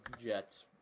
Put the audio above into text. Jets